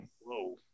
whoa